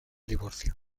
divorcio